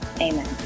amen